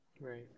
right